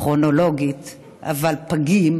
כרונולוגית אבל פגים,